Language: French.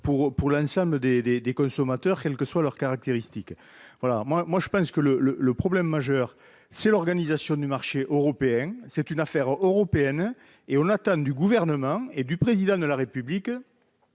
pour l'ensemble des consommateurs, quelles que soient leurs caractéristiques. Le problème majeur, c'est l'organisation du marché européen. C'est une affaire européenne. Nous attendons du Gouvernement et du Président de la République